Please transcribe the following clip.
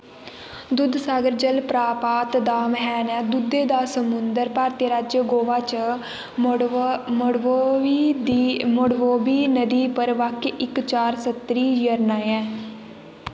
दूधसागर जलप्रपात दा मैह्ना ऐ दुद्धै दा समुंदर भारती राज्य गोवा च मंडोवी नदी पर वाक्या इक चार स्तरी झरना ऐ